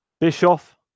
Bischoff